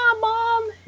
mom